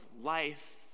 life